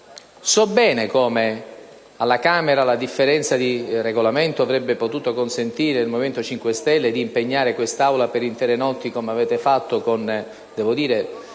So bene che alla Camera il diverso Regolamento avrebbe potuto consentire al Movimento 5 Stelle di impegnare quest'Aula per intere notti, come avete fatto con apprezzabile